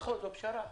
נכון, זו פשרה.